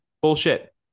Bullshit